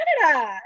Canada